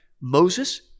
Moses